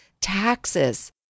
Taxes